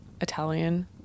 Italian